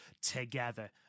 together